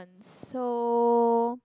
so